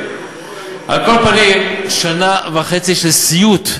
על כל פנים, שנה וחצי של סיוט.